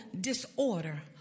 disorder